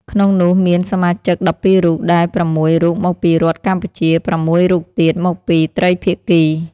ក្នុងនោះមានសមាជិក១២រូប ដែល៦រូបមកពីរដ្ឋកម្ពុជា ៦រូបទៀតមកពីត្រីភាគី។